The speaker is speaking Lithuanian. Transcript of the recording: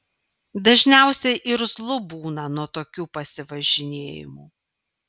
dažniausiai irzlu būna nuo tokių pasivažinėjimų